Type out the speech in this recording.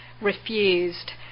refused